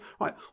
right